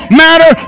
matter